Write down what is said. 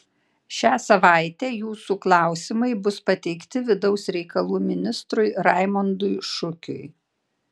šią savaitę jūsų klausimai bus pateikti vidaus reikalų ministrui raimondui šukiui